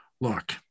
look